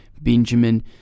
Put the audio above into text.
Benjamin